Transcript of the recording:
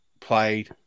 played